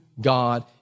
God